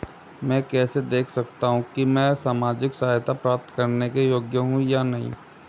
मैं कैसे देख सकता हूं कि मैं सामाजिक सहायता प्राप्त करने योग्य हूं या नहीं?